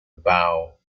bow